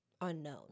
unknown